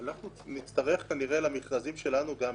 אנחנו נצטרך הסדר גם למכרזים שלנו.